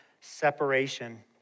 separation